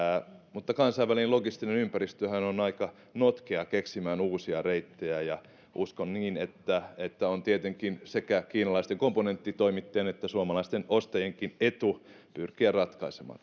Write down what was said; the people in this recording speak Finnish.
mutta kansainvälinen logistinen ympäristöhän on aika notkea keksimään uusia reittejä ja uskon niin että että on tietenkin sekä kiinalaisten komponenttitoimittajien että suomalaisten ostajienkin etu pyrkiä ratkaisemaan